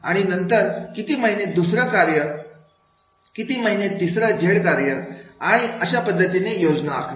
आणि नंतर किती महिने दुसरं वाय कार्य किती महिने तिसरा झेड कार्य आणि अशा पद्धतीने योजना आखणे